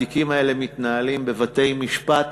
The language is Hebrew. התיקים האלה מתנהלים בבתי-משפט.